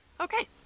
Okay